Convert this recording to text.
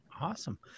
Awesome